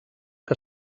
que